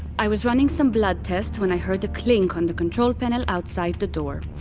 i was running some blood tests when i heard a clink on the control panel outside the door.